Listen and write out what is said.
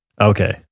Okay